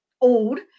old